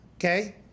okay